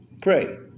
Pray